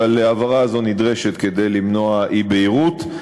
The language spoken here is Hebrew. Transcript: אבל ההבהרה הזאת נדרשת כדי למנוע אי-בהירות.